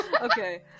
Okay